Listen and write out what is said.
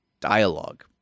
dialogue